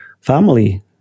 family